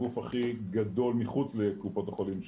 הגוף הכי גדול מחוץ לקופות החולים,